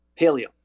Paleo